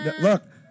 Look